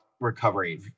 recovery